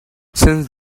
since